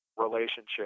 relationship